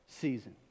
season